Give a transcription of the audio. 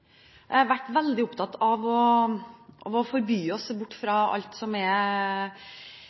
vært veldig opptatt av å forby alt som er